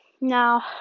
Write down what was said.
Now